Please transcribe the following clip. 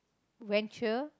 venture